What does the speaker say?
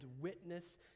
witness